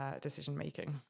decision-making